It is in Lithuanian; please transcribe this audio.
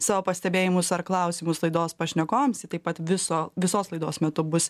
savo pastebėjimus ar klausimus laidos pašnekovams ji taip pat viso visos laidos metu bus